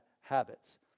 habits